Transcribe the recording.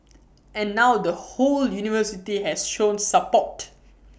and now the whole university has shown support